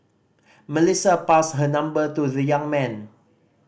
Melissa passed her number to the young man